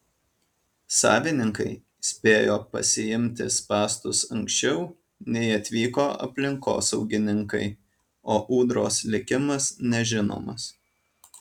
savininkai spėjo pasiimti spąstus anksčiau nei atvyko aplinkosaugininkai o ūdros likimas nežinomas